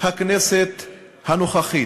הכנסת הנוכחית.